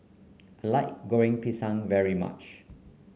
I like Goreng Pisang very much